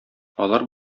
алар